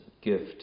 gift